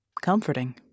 comforting